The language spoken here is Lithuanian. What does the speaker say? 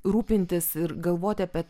rūpintis ir galvot apie